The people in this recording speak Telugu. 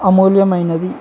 అమూల్యమైనది